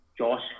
Josh